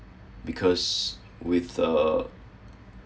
because with the